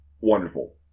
wonderful